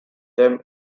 them